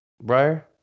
Briar